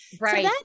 Right